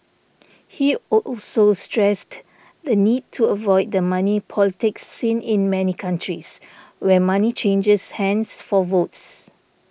he also stressed the need to avoid the money politics seen in many countries where money changes hands for votes